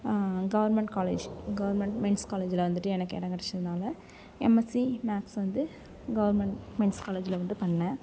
government college government men's காலேஜில் வந்துட்டு எனக்கு இடம் கிடச்சதுனால எம்எஸ்சி மேக்ஸ் வந்து கவர்மெண்ட் மென்ஸ் காலேஜில் வந்து பண்ணேன்